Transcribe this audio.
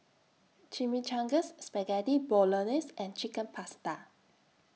Chimichangas Spaghetti Bolognese and Chicken Pasta